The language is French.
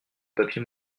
papier